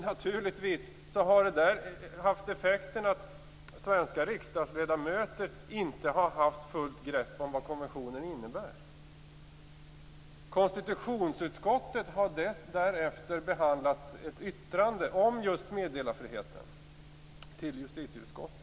Naturligtvis är effekten av detta att svenska riksdagsledamöter inte haft fullt grepp om vad konventionen innebär. Konstitutionsutskottet har därefter behandlat ett yttrande till justitieutskottet som gäller just meddelarfriheten.